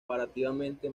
comparativamente